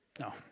no